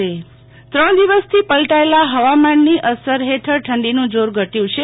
શીતલ વૈશ્નવ હવામાન ત્રણ દિવસથી પલટાયેલા ફવામાન ની અસર ફેઠળ ઠંડીનું જોર ગત્યું છે